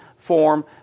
form